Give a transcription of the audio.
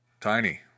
tiny